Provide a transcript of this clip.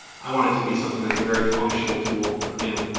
i want it to be something that's a very functional tool. again,